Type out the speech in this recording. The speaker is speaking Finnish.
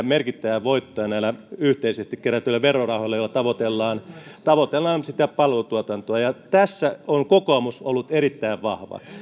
merkittävää voittoa näillä yhteisesti kerätyillä verorahoilla joilla tavoitellaan sitä palveluntuotantoa tässä on kokoomus ollut erittäin vahva